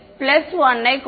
மாணவர் கூட்டல் 1